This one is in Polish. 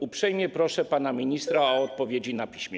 Uprzejmie proszę pana ministra o odpowiedzi na piśmie.